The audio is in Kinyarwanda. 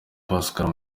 pascal